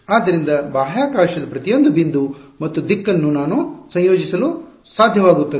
ಆದ್ದರಿಂದ ಬಾಹ್ಯಾಕಾಶದ ಪ್ರತಿಯೊಂದು ಬಿಂದು ಮತ್ತು ದಿಕ್ಕು ನ್ನು ನಾನು ಸಂಯೋಜಿಸಲು ಸಾಧ್ಯವಾಗುತ್ತದೆ